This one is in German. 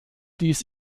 dies